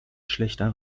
schlechter